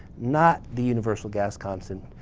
not the universal gas constant.